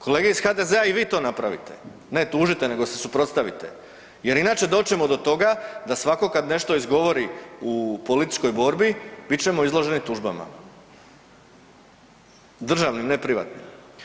Kolega iz HDZ-a i vi to napravite, ne tužite nego se suprotstavite jer inače doćemo do toga da svako kada nešto izgovori u političkoj borbi bit ćemo izloženi tužbama, državnim ne privatnim.